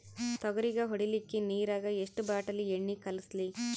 ತೊಗರಿಗ ಹೊಡಿಲಿಕ್ಕಿ ನಿರಾಗ ಎಷ್ಟ ಬಾಟಲಿ ಎಣ್ಣಿ ಕಳಸಲಿ?